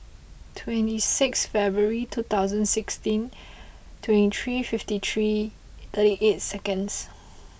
twenty six February twenty sixteen twenty three fifty three thirty eight seconds